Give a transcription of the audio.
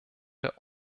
der